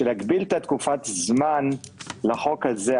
אני חושב שנכון להגביל את תקופת הזמן של החוק הזה,